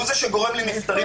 הוא זה שגורם לנפטרים.